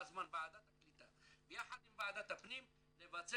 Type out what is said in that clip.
אני חושב שהגיע הזמן שוועדת הקליטה יחד עם ועדת הפנים לבצע,